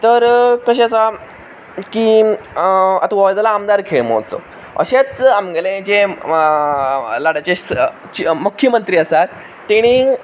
तर कशें आसा की आतां हो जालो आमदार खेळ म्होत्सव अशेंच आमगेलें जें हांगाचे मुख्यमंत्री आसात तेणी